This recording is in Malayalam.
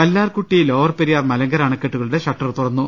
കല്ലാർകുട്ടി ലോവർപെരിയാർ മലങ്കര അണക്കെട്ടുകളുടെ ഷട്ടർ തുറന്നു